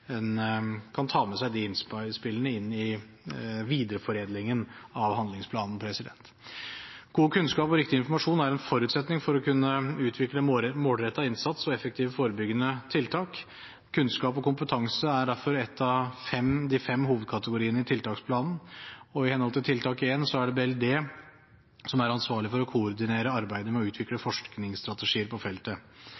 en kan ta med seg de innspillene inn i videreforedlingen av handlingsplanen. God kunnskap og riktig informasjon er en forutsetning for å kunne utvikle målrettet innsats og effektive, forebyggende tiltak. Kunnskap og kompetanse er derfor et av de fem hovedkategoriene i tiltaksplanen. I henhold til tiltak 1 er det Barne-, likestillings- og inkluderingsdepartementet som er ansvarlig for å koordinere arbeidet med å utvikle forskningsstrategier på feltet.